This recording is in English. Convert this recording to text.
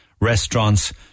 restaurants